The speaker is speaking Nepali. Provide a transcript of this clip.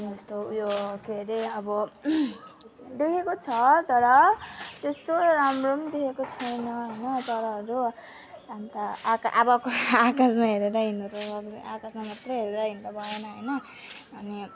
यस्तो उयो के अरे अब देखेको छ तर त्यस्तो राम्रो पनि देखेको छैन होइन तर अन्त अब आकाशमा हिँड्नु आकाशमा मात्र हेरेर हिँड्नु त भएन होइन अनि